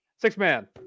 Six-man